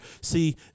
See